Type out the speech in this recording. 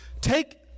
Take